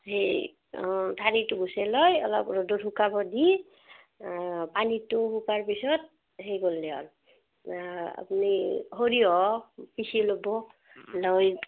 সেই ঠাৰিটো গুচাই পেলাই অলপ ৰ'দত শুকাব দি পানীটো শুকাৰ পিছত হেৰি কৰ্লে হ'ল আপ্নি সৰিয়হ পিচি ল'ব লৈ